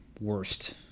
worst